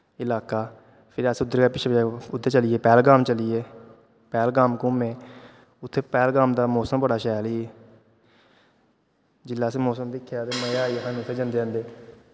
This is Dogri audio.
एह् अलाका फिर अस उद्धर गै पिच्छें चली गे पैहलगाम चली गे पैह्लगाम घूमें उत्थें पैह्लगाम दा मोसम बड़ा शैल ही जेल्लै असें मोसम दिक्खेआ ते मज़ा आई गेआ सानूं उत्थें जंदे जंदे